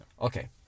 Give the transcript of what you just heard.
Okay